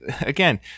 again